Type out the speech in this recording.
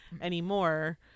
anymore